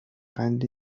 قند